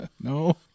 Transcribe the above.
No